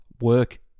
work